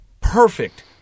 perfect